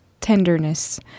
tenderness